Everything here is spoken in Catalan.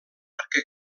perquè